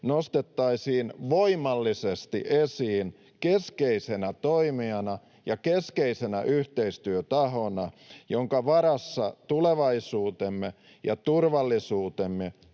nostettaisiin voimallisesti esiin keskeisenä toimijana ja keskeisenä yhteistyötahona, jonka varassa tulevaisuutemme ja turvallisuutemme